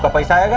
but my son. and